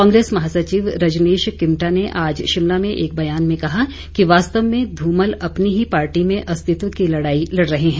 कांग्रेस महासचिव रजनीश किमटा ने आज शिमला में एक बयान में कहा कि वास्तव में धूमल अपनी ही पार्टी में अस्तित्व की लड़ाई लड़ रहे हैं